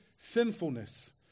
sinfulness